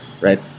right